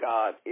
God